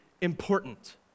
important